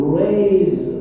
raise